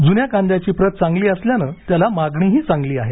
जुन्या कांद्याची प्रत चांगली असल्यानं त्याला मागणी आहे